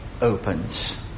opens